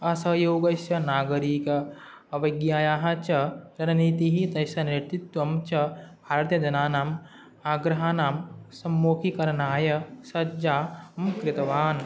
अस्य योगस्य नागरीक अविज्ञायाः च रणनीतिः तस्य व्यक्तित्वं च भारतीयजनानाम् आग्रहाणां सम्मुखीकरणाय सज्जां कृतवान्